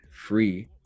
Free